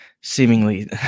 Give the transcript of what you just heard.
seemingly